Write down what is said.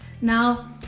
Now